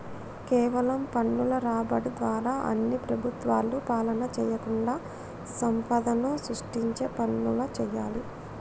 కేవలం పన్నుల రాబడి ద్వారా అన్ని ప్రభుత్వాలు పాలన చేయకుండా సంపదను సృష్టించే పనులు చేయాలి